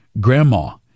grandma